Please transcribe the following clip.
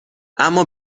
اما